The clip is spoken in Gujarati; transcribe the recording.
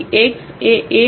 તેથી x એ A λI